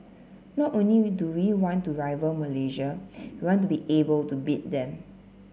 not only we do we want to rival Malaysia we want to be able to beat them